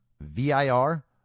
V-I-R